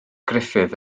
gruffydd